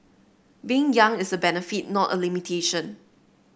being young is a benefit not a limitation